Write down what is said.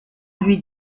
lui